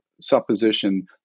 supposition